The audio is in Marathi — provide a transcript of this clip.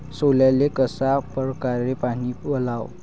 सोल्याले कशा परकारे पानी वलाव?